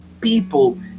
people